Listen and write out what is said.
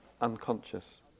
unconscious